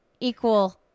equal